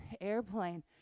airplane